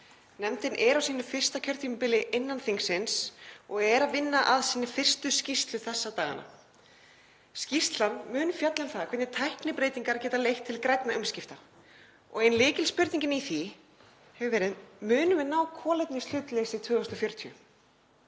Nefndin er á sínu fyrsta kjörtímabili innan þingsins og er að vinna að sinni fyrstu skýrslu þessa dagana. Skýrslan mun fjalla um það hvernig tæknibreytingar geta leitt til grænna umskipta. Ein lykilspurningin í því hefur verið: Munum við ná kolefnishlutleysi 2040?